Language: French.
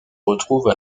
retrouvent